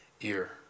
ear